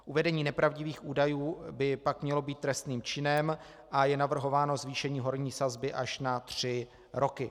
Uvedení nepravdivých údajů by pak mělo být trestným činem a je navrhováno zvýšení horní sazby až na tři roky.